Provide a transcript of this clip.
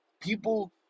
people